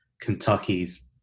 Kentucky's